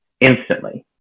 instantly